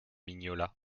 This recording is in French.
mignola